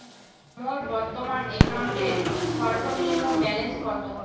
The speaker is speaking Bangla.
মোর বর্তমান অ্যাকাউন্টের সর্বনিম্ন ব্যালেন্স কত?